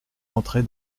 entrée